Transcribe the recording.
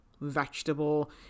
vegetable